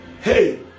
Hey